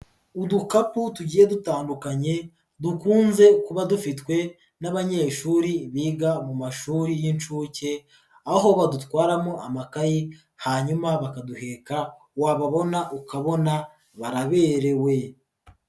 Udukapu tugiye dutandukanye dukunze kuba dufitwe n'abanyeshuri biga mu mashuri y'inshuke, aho badutwaramo amakayi, hanyuma bakaduheka wababona ukabona baraberewe.